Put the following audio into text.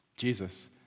Jesus